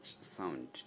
sound